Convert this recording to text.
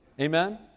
Amen